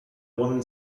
woman